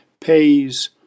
pays